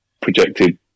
projected